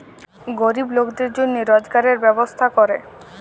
গরিব লকদের জনহে রজগারের ব্যবস্থা ক্যরে